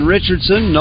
Richardson